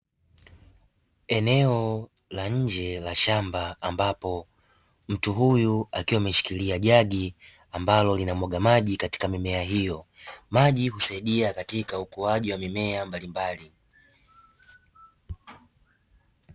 Eneo la nje la shamba ambapo mtu huyu akiwa ameshikilia jagi ambalo linamwaga maji katika mimea hiyo, maji husaidia katika ukuaji wa mimea mbalimbali.